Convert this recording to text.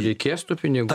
reikės tų pinigų